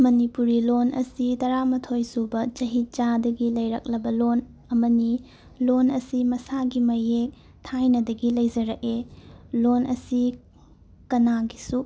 ꯃꯅꯤꯄꯨꯔꯤ ꯂꯣꯟ ꯑꯁꯤ ꯇꯥꯔꯥꯃꯥꯊꯣꯏ ꯁꯨꯕ ꯆꯍꯤ ꯆꯥꯗꯒꯤ ꯂꯩꯔꯛꯂꯕ ꯂꯣꯟ ꯑꯃꯅꯤ ꯂꯣꯟ ꯑꯁꯤ ꯃꯁꯥꯒꯤ ꯃꯌꯦꯛ ꯊꯥꯏꯅꯗꯒꯤ ꯂꯩꯖꯔꯛꯑꯦ ꯂꯣꯟ ꯑꯁꯤ ꯀꯅꯥꯒꯤꯁꯨ